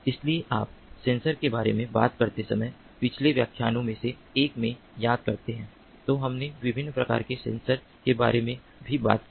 इसलिए यदि आप सेंसर के बारे में बात करते समय पिछले व्याख्यानों में से एक में याद करते हैं तो हमने विभिन्न प्रकार के सेंसर के बारे में भी बात की